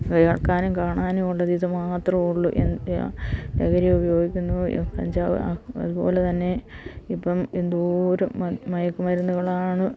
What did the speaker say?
കേള്ക്കാനും കാണാനുമുള്ളത് ഇതു മാത്രമേയുള്ളൂ ലഹരി ഉപയോഗിക്കുന്നു കഞ്ചാവ് അതുപോലെത്തന്നെ ഇപ്പം എന്തോരം മയക്കുമരുന്നുകളാണ്